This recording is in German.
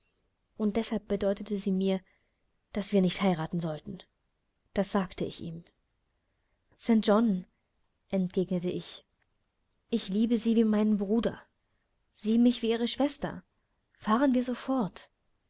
und deshalb bedeutete sie mir daß wir nicht heiraten sollten das sagte ich ihm st john entgegnete ich ich liebe sie wie meinen bruder sie mich wie ihre schwester fahren wir so fort